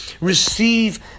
Receive